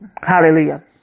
Hallelujah